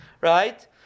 Right